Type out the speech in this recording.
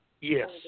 Yes